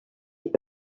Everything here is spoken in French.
est